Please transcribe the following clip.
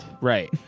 right